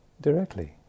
directly